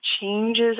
changes